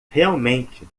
realmente